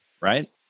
right